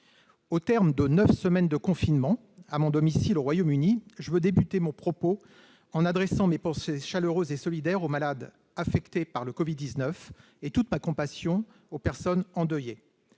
Au terme de neuf semaines de confinement passées à mon domicile au Royaume-Uni, je veux commencer mon propos en adressant mes pensées chaleureuses et solidaires aux malades du Covid-19 et toute ma compassion aux personnes endeuillées.